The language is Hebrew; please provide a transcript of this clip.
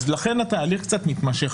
לכן התהליך קצת מתמשך,